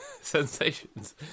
Sensations